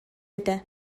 этэ